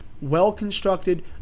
well-constructed